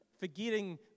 forgetting